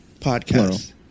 podcast